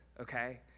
Okay